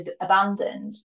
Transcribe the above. abandoned